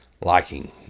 liking